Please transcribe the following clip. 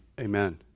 Amen